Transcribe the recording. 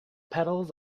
pedals